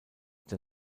der